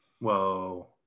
Whoa